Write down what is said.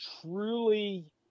truly